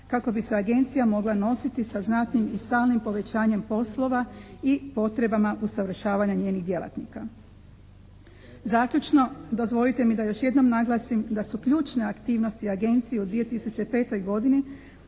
kako bi se Agencija mogla nositi sa znatnim i stalnim povećanjem poslova i potrebama usavršavanja njenih djelatnika. Zaključno, dozvolite mi da još jednom naglasim da su ključne aktivnosti Agencije u 2005. godini